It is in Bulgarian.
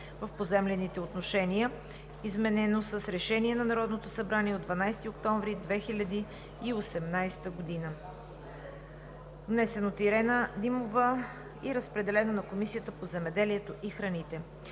в поземлените отношения, изменено с Решение на Народното събрание от 12 октомври 2018 г. Вносител е народният представител Ирена Димова. Разпределено е на Комисията по земеделието и храните.